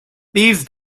these